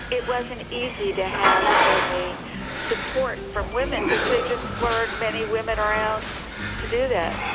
it wasn't easy to have any support from women. they just weren't. many women around to do that